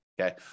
okay